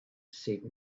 said